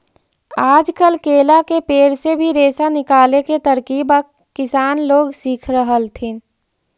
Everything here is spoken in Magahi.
आजकल केला के पेड़ से भी रेशा निकाले के तरकीब किसान लोग सीख रहल हथिन